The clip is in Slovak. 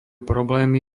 problémy